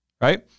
right